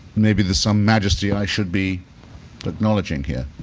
maybe there's some majesty i should be acknowledging here,